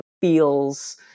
feels